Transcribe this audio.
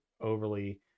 overly